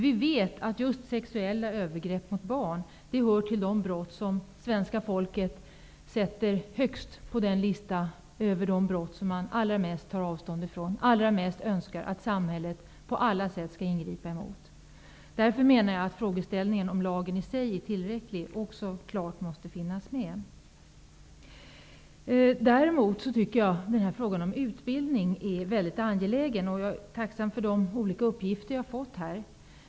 Vi vet att sexuella övergrepp mot barn hör till de brott som svenska folket allra mest tar avstånd ifrån och allra mest önskar att samhället på alla sätt skall ingripa emot. Därför menar jag att frågeställningen om lagen i sig är tillräcklig också måste tas upp. Jag anser också att frågan om utbildning är mycket angelägen. Jag är tacksam för de olika uppgifter jag har fått här.